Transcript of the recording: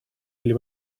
или